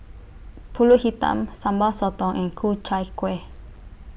Pulut Hitam Sambal Sotong and Ku Chai Kueh